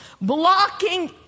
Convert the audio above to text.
blocking